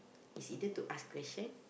is either to ask question